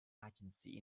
agency